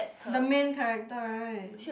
the main character right